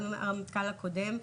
גם הרמטכ"ל הקודם,